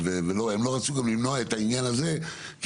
הם לא רצו גם למנוע את העניין הזה כי